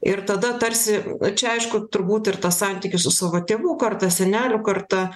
ir tada tarsi čia aišku turbūt ir tas santykis su savo tėvų karta senelių karta